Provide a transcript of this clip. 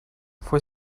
fue